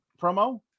promo